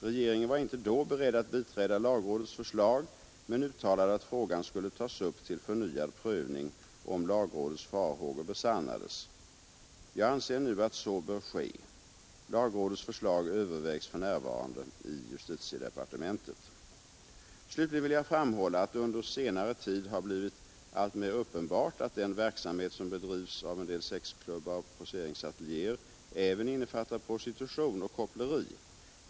Regeringen var inte då beredd att biträda lagrådets förslag men uttalade, att frågan skulle tas upp till förnyad prövning om lagrådets farhågor besannades. Jag anser nu att så bör ske. Lagrådets förslag övervägs för närvarande i justitiedepartementet. Slutligen vill jag framhålla att det under senare tid har blivit alltmer uppenbart att den verksamhet som bedrivs av en del sexklubbar och poseringsateljéer även innefattar prostitution och koppleri.